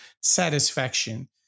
satisfaction